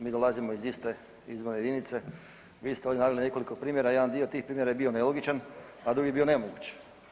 Mi dolazimo iz iste izborne jedinice, vi ste ovdje naveli nekoliko primjera, jedan dio tih primjera je bio nelogičan, a drugi bi bio nemoguć.